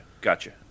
gotcha